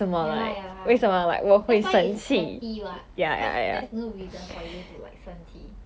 ya lah ya lah that's why it's petty what cause there's no reason for you to like 生气